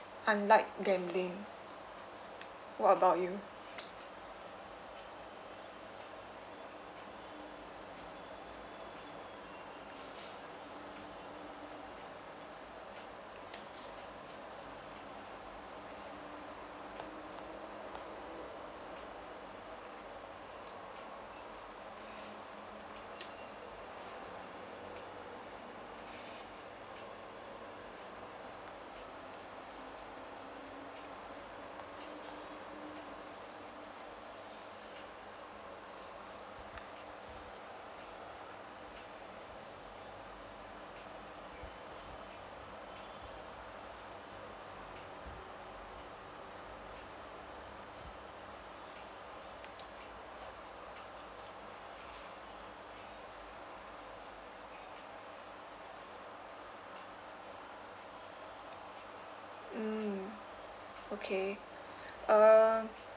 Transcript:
unlike gambling what about you mm okay um